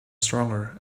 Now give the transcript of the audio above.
stronger